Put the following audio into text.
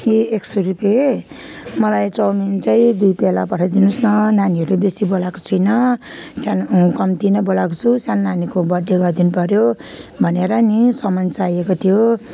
ए एक सय रुपे मलाई चौमिन चाहिँ दुई प्याला पठाइदिनु होस् न नानीहरू बेसी बोलाएको छुइनँ सानो कम्ती नै बोलाएको छु सानो नानीको बर्थ डे गरिदिनु पऱ्यो भनेर नि सामान चाहिएको थियो